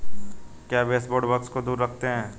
क्या baseboard bugs को दूर रखते हैं?